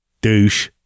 douche